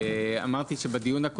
הוסכם,